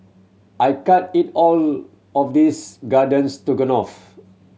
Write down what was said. I can't eat all of this Garden Stroganoff